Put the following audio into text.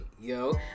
yo